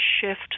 shift